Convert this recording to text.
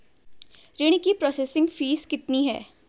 ऋण की processing fees कितनी है?